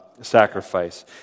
sacrifice